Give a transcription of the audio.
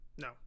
no